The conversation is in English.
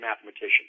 mathematician